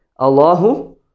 Allahu